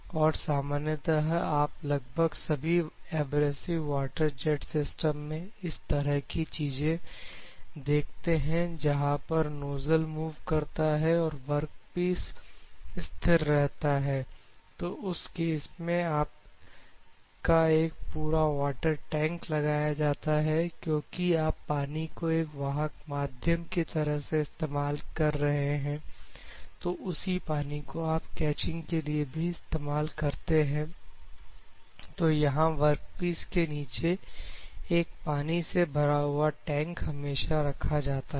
और सामान्यतः आप लगभग सभी एब्रेसिव वाटर जेट सिस्टम में इस तरह की चीज देखते हैं जहां पर नोजल मूव करता है और वर्कपीस स्थिर रहता है तो उस केस में आपका एक पूरा वाटर टैंक लगाया जाता है क्योंकि आप पानी को एक वाहक माध्यम की तरह से इस्तेमाल कर रहे हैं तो उसी पानी को आप कैचिंग के लिए भी इस्तेमाल करते हैं तो यहां पर वर्कपीस के नीचे एक पानी से भरा हुआ टैंक हमेशा रखा जाता है